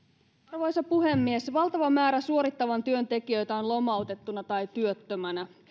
arvoisa puhemies valtava määrä suorittavan työn tekijöitä on lomautettuna tai työttömänä